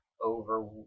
over